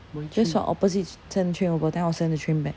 just from opposite send the train over then I will send the train back